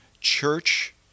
Church